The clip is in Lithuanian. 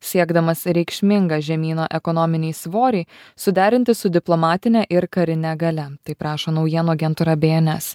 siekdamas reikšmingą žemyno ekonominį svorį suderinti su diplomatine ir karine galia taip rašo naujienų agentūra bns